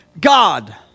God